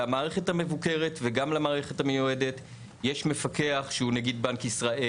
למערכת המבוקרת וגם למערכת המיועדת יש מפקח שהוא נגיד בנק ישראל,